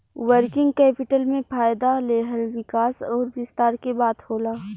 working capital में फ़ायदा लेहल विकास अउर विस्तार के बात होला